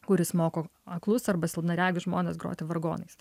kuris moko aklus arba silpnaregius žmones groti vargonais